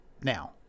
Now